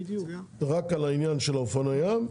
רק על העניין של אופנועי הים,